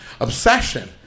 obsession